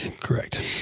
Correct